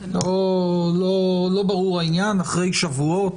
לא ברור העניין, אחרי שבועות